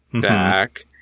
back